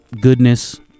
goodness